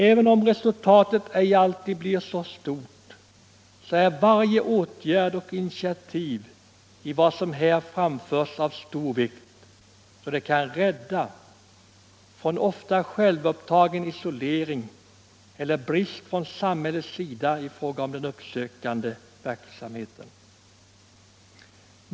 Även om resultatet ej alltid blir så stort, så är varje åtgärd och initiativ i vad som här framförts av stor vikt, då det kan rädda från ofta självupptagen isolering eller brist från samhällets sida i fråga om den uppsökande verksamheten.